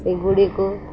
ଏଗୁଡ଼ିକୁ